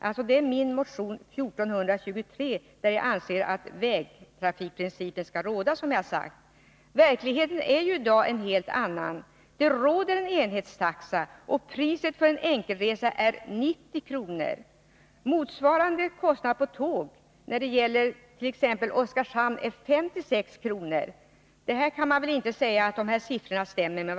Det gäller då min motion 1423, i vilken jag framhåller att vägtrafikprincipen skall råda. I verkligheten förhåller det sig i dag på ett helt annat sätt. Det finns en enhetstaxa. Priset för en enkel resa är 90 kr. Motsvarande kostnad för tågresa när det gäller t.ex. Oskarshamn är 56 kr. Efter att ha begrundat dessa siffror kan man väl knappast tala om överensstämmelse.